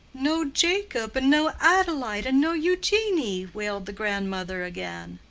no jacob, and no adelaide, and no eugenie! wailed the grandmother again.